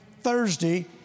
Thursday